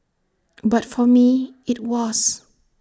but for me IT was